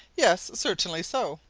yes, certainly so.